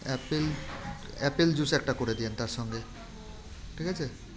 Apple apple juice একটা করে দিয়েন তার সঙ্গে ঠিক আছে